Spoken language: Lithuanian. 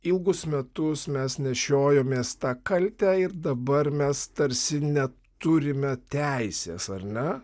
ilgus metus mes nešiojomės tą kaltę ir dabar mes tarsi neturime teisės ar ne